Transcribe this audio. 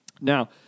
Now